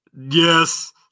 Yes